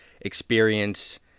experience